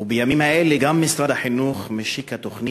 ובימים האלה גם משרד החינוך משיק תוכנית,